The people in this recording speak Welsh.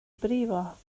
brifo